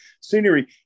scenery